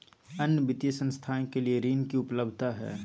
अन्य वित्तीय संस्थाएं के लिए ऋण की उपलब्धता है?